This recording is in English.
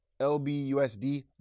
LbUSD